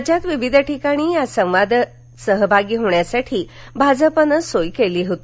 राज्यात विविध ठिकाणी या संवादात सहभागी होण्यासाठी भाजपानं सोय केली होती